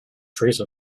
trace